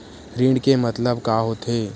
ऋण के मतलब का होथे?